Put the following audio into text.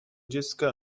dziecka